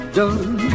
done